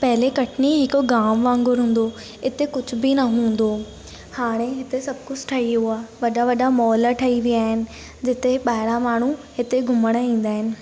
पहले कटनी हिकु गांव वांगुरु हूंदो हो इते कुझु बि न हूंदो हो हाणे हिते सभु कुझु ठही वियो आहे वॾा वॾा मॉल ठही विया आहिनि जिते ॿाहिरां माण्हू हिते घुमण ईंदा आहिनि